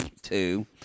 two